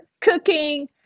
cooking